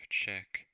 check